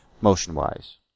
motion-wise